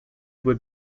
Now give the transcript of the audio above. would